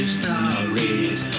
stories